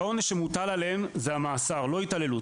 העונש שמוטל עליהם זה המאסר, לא התעללות.